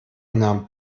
nahm